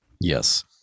Yes